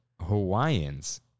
Hawaiians